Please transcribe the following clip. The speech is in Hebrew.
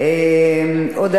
חסון.